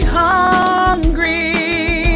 hungry